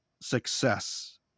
success